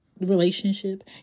relationship